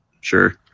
Sure